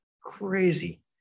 crazy